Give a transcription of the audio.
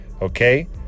Okay